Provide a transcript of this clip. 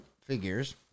figures